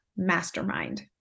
mastermind